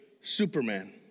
Superman